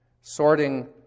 sorting